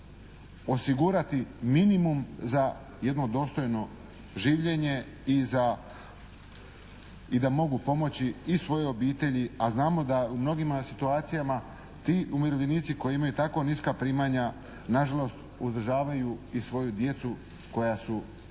osigurati minimum za jedno dostojno življenje i da mogu pomoći i svojoj obitelji, a znamo da u mnogima situacijama ti umirovljenici koji imaju tako niska primanja na žalost uzdržavaju i svoju djecu koja su nezaposlena.